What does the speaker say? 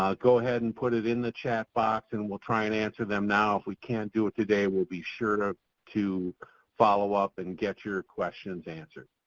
um go ahead and put it in the chat box and we'll try and answer them now. if we can't do it today, we'll be sure to to follow up and get your questions answered.